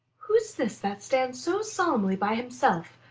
who's this that stands so solemnly by himself?